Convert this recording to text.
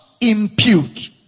impute